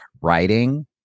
writing